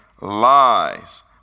lies